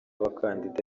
abakandida